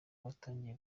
watangiye